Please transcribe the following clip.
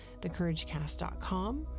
thecouragecast.com